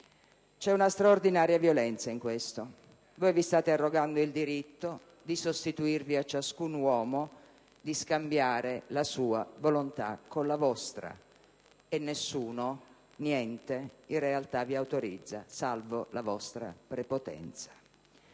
C'è una straordinaria violenza in questo. Voi vi state arrogando il diritto di sostituirvi a ciascun uomo, di scambiare la sua volontà con la vostra e nessuno, niente, in realtà, vi autorizza, salvo la vostra prepotenza.